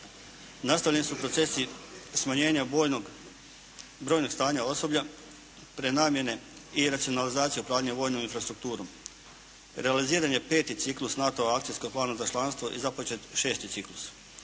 Nastavljeni su procesa smanjenja brojnog stanja osoblja, prenamjene i racionalizacija upravljanja vojnom infrastrukturom. Realiziran je peti ciklus NATO akcijskog plana za članstvo i započet šesti ciklus.